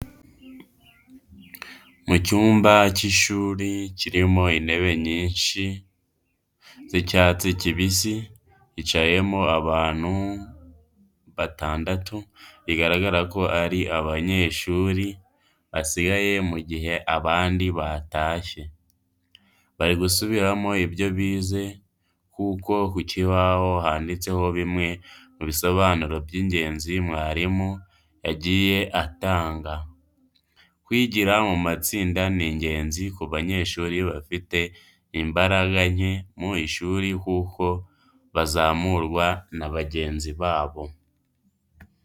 Mu cyumba cy'ishuri kirimo intebe nyinshi z'icyatsi kibisi, hicayemo abantu batandatu bigaragara ko ari abanyeshuri, basigaye mu gihe abandi batashye. Bari gusubiramo ibyo bize kuko ku kibaho handitseho bimwe mu bisobanuro by'ingenzi mwarimu yagiye atanga. Kwigira mu matsinda ni ingenzi ku banyeshuri bafite imbaraga nke mu ishuri kuko bazamurwa na bagenzi babo.